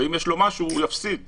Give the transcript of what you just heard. אבל אם כן יש לו משהו, הוא יפסיד מזה.